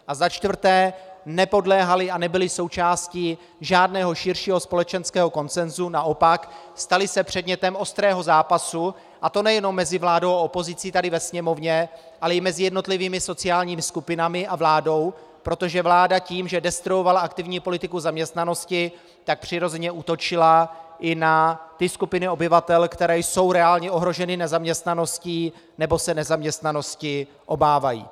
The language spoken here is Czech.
A za čtvrté, nepodléhaly a nebyly součástí žádného širšího společenského konsensu, naopak, staly se předmětem ostrého zápasu, a to nejenom mezi vládou a opozicí tady ve Sněmovně, ale i mezi jednotlivými sociálními skupinami a vládou, protože vláda tím, že destruovala aktivní politiku zaměstnanosti, tak přirozeně útočila i na ty skupiny obyvatel, které jsou reálně ohroženy nezaměstnaností nebo se nezaměstnanosti obávají.